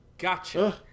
Gotcha